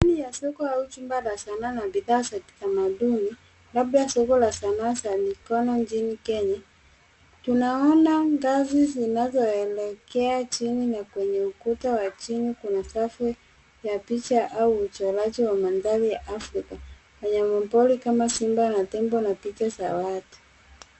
Ndani ya soko au chumba la sanaa na bidhaa za kitamaduni, labda soko la sanaa za mikono nchini Kenya. Tunaona ngazi zinazoelekea chini na kwenye ukuta wa chini kuna safu ya picha au uchoraji wa mandhari ya Afrika yenye mombori kama simba na tembo na picha za watu.